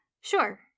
Sure